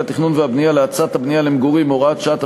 תכנון ובנייה להאצת הבנייה למגורים (הוראת שעה),